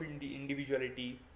individuality